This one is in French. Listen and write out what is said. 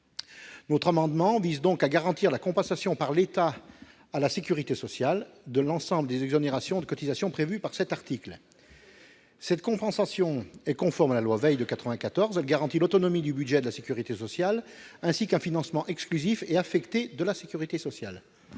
Cet amendement vise donc à garantir la compensation par l'État à la sécurité sociale de l'ensemble des exonérations de cotisations prévues par cet article. Une telle compensation est conforme à la loi Veil de 1994. Elle garantit l'autonomie du budget de la sécurité sociale, ainsi qu'un financement exclusif et affecté de la sécurité sociale.